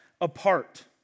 apart